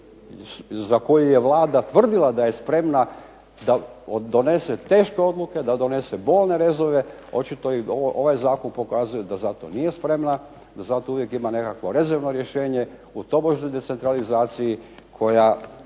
za koji je Vlada tvrdila da je spremna da donese teške odluke, da donese bolne rezove. Očito i ovaj zakon pokazuje da za to nije spremna, da za to uvijek ima nekakvo rezervno rješenje u tobožnjoj decentralizaciji koja